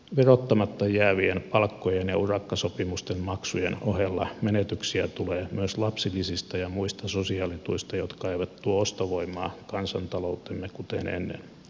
verottamatta jäävien palkkojen ja urakkasopimusten maksujen ohella menetyksiä tulee myös lapsilisistä ja muista sosiaalituista jotka eivät tuo ostovoimaa kansantalouteemme kuten ennen